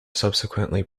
subsequently